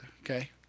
Okay